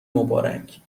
مبارک